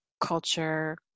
culture